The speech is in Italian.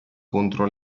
contro